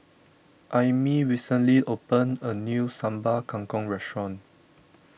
Aimee recently opened a new Sambal Kangkong Restaurant